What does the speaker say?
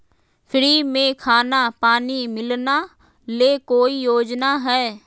Free में खाना पानी मिलना ले कोइ योजना हय?